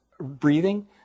breathing